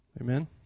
Amen